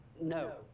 No